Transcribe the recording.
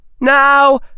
Now